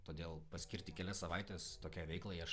todėl paskirti kelias savaites tokiai veiklai aš